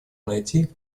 найти